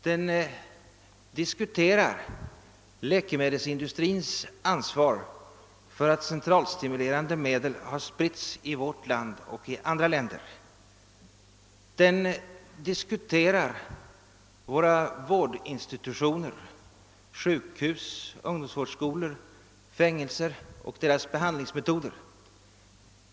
Den diskuterar läkemedelsindustrins ansvar för att centralstimulerande medel spritts i vårt land och i andra länder. Den diskuterar våra vårdinstitutioner — sjukhus, ungdomsvårdsskolor, fängelser — och deras behandlingsmetoder.